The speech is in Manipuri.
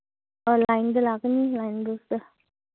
ꯂꯥꯏꯟꯗ ꯂꯥꯛꯀꯅꯤ ꯂꯥꯏꯟ ꯕꯁꯗ